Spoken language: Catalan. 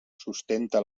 sustenta